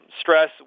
Stress